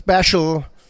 Special